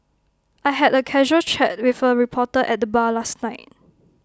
I had A casual chat with A reporter at the bar last night